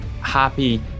happy